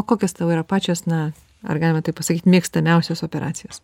o kokios tau yra pačios na ar galima taip pasakyt mėgstamiausios operacijos